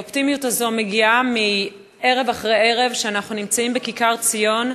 האופטימיות הזאת מגיעה מערב אחרי ערב שאנחנו נמצאים בכיכר-ציון,